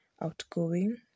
outgoing